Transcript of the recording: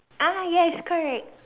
ah yes correct